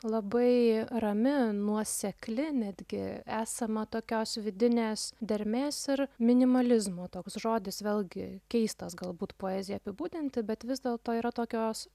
labai rami nuosekli netgi esama tokios vidinės dermės ir minimalizmo toks žodis vėlgi keistas galbūt poeziją apibūdinti bet vis dėlto yra tokios